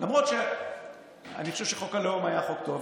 למרות שאני חושב שחוק הלאום היה חוק טוב,